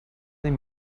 del